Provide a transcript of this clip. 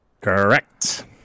Correct